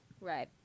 Right